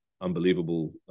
unbelievable